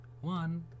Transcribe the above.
one